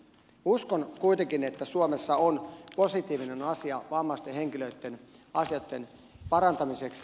uskon kuitenkin että suomessa on positiivinen asia vammaisten henkilöitten asioitten parantaminen